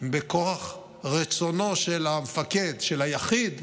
בכורח רצונו של המפקד, של היחיד,